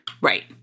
Right